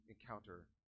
encounter